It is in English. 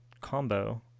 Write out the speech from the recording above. combo